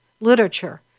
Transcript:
literature